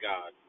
God